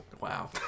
wow